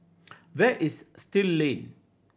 where is Still Lane